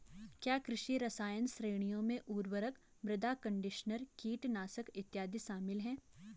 क्या कृषि रसायन श्रेणियों में उर्वरक, मृदा कंडीशनर, कीटनाशक इत्यादि शामिल हैं?